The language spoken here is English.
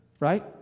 right